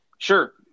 Sure